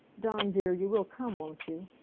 dawn dear, you will come, won't you?